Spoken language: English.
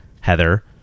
Heather